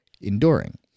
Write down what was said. enduring